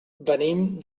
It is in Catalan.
venim